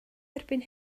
erbyn